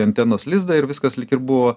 antenos lizdą ir viskas lyg ir buvo